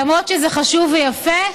למרות שזה חשוב ויפה,